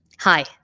Hi